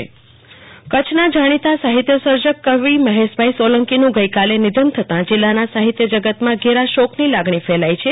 કલ્પના શાહ્ નિધન કચ્છના જાણીતા સાહિત્ય સર્જક અને કવિ મહેશભાઈ સોલંકીનું ગઈકાલે નિધન થતા જીલ્લાના સાહિત્ય જગતમાં ઘેરા શીકની લાગણી ફેલાઈ છે